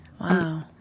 Wow